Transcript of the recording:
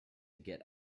get